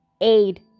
aid